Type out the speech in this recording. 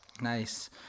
nice